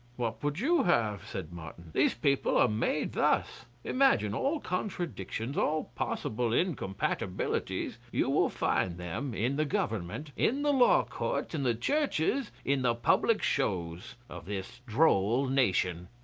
what would you have? said martin these people are made thus. imagine all contradictions, all possible incompatibilities you will find them in the government, in the law-courts, in the churches, in the public shows of this droll nation.